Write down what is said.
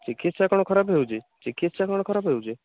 ଚିକିତ୍ସା କଣ ଖରାପ ହେଉଛି ଚିକିତ୍ସା କ'ଣ ଖରାପ ହେଉଛି